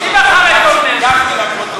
תגיד לי, נשים בחרו את נשיא המדינה קצב?